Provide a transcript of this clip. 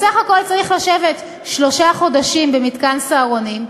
בסך הכול צריך לשבת שלושה חודשים במתקן "סהרונים",